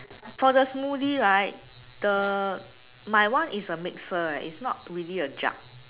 for the smoothie right the my one is a mixer eh is not really a jug